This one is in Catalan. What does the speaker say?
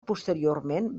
posteriorment